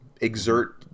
exert